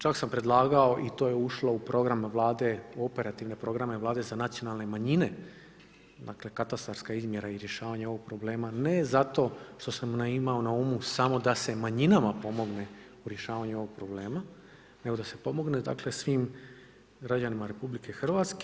Čak sam predlagao i to je ušlo u program Vlade u operativne programe Vlade za nacionalne manjine, dakle katastarska izmjera i rješavanje ovog problema, ne zato što sam imao na umu samo da se manjinama pomogne u rješavanju ovog problema nego da se pomogne svim građanima RH.